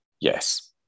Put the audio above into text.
yes